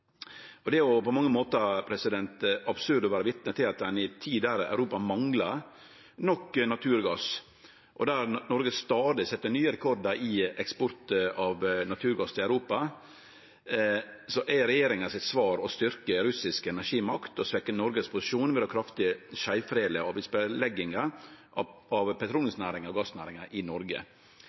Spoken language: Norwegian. Det er på mange måtar absurd å vere vitne til at i ei tid der Europa manglar nok naturgass og Noreg set stadig nye rekordar i eksport av naturgass til Europa, er svaret til regjeringa å styrkje russisk energimakt og svekkje Noregs posisjon ved kraftig å skeivfordele avgiftslegginga av petroleumsnæringa og gassnæringa i Noreg.